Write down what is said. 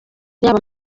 yaba